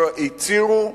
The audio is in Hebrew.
שהצהירו.